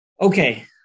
Okay